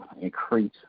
increase